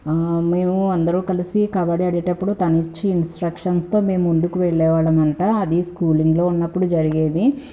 మేము అందరూ కలిసి కబడ్డీ ఆడేటప్పుడు తనిచ్చే ఇన్స్ట్రక్షన్స్తో మేము ముందుకు వెళ్ళేవాళ్ళమంతా అది స్కూలింగ్లో ఉన్నప్పుడు జరిగేది